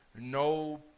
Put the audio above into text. no